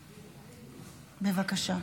בבקשה.